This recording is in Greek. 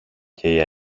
και